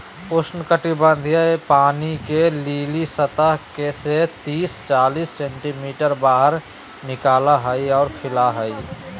उष्णकटिबंधीय पानी के लिली सतह से तिस चालीस सेंटीमीटर बाहर निकला हइ और खिला हइ